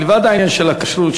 מלבד העניין של הכשרות,